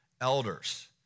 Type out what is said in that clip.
elders